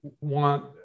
want